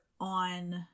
on